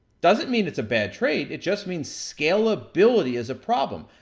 doesn't mean it's a bad trade, it just means scalability is a problem.